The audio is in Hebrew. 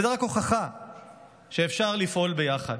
וזו רק הוכחה שאפשר לפעול ביחד.